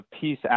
peace